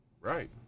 Right